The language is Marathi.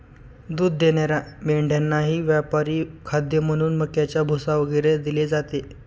दूध देणाऱ्या मेंढ्यांनाही व्यापारी खाद्य म्हणून मक्याचा भुसा वगैरे दिले जाते